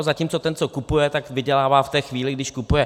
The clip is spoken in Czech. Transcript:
Zatímco ten, co to kupuje, tak vydělává v té chvíli, když kupuje.